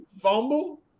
fumble